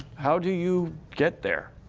how do you get there?